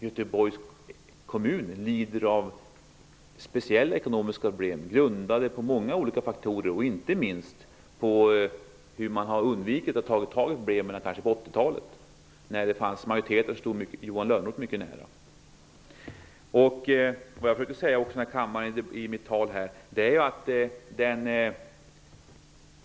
Göteborgs kommun lider av speciella ekonomiska problem som beror på många olika faktorer, inte minst på att man undvek att ta tag i problemen på 80-talet, när det i Göteborgs kommun fanns en majoritet som stod Johan Lönnroth mycket nära.